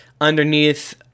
underneath